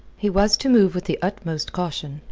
he was to move with the utmost caution,